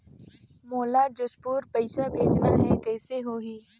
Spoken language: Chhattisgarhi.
मोला जशपुर पइसा भेजना हैं, कइसे होही?